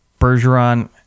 Bergeron